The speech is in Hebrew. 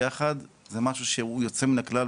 זה משהו שהוא יוצא מן הכלל,